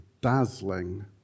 dazzling